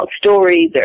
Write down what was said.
stories